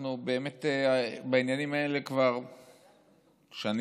אנחנו באמת בעניינים האלה כבר שנים,